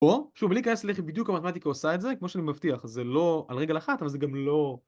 או, שוב, בלי להיכנס בדיוק לאיך המתמטיקה עושה את זה, כמו שאני מבטיח, זה לא על רגל אחת, אבל זה גם לא...